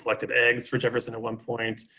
collected eggs for jefferson at one point,